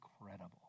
incredible